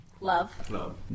Love